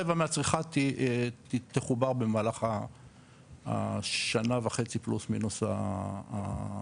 רבע מהצריכה תחובר במהלך השנה וחצי פלוס מינוס הקרובות.